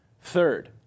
Third